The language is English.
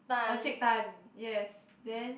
Encik Tan yes then